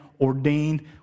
ordained